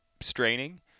straining